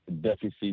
deficit